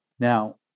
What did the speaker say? Now